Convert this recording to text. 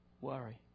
worry